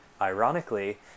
Ironically